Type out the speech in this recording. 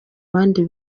bandi